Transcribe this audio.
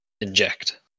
inject